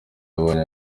yabonye